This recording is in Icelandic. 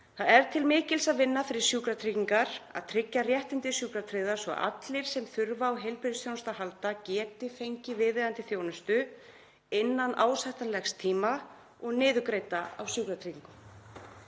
Það er til mikils að vinna fyrir Sjúkratryggingar að tryggja réttindi sjúkratryggðra svo að allir sem þurfa á heilbrigðisþjónustu að halda geti fengið viðeigandi þjónustu innan ásættanlegs tíma og niðurgreidda af Sjúkratryggingum.